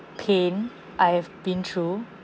pain I've been through